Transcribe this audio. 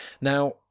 Now